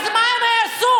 אז מה הם יעשו?